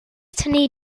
tynnu